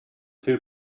two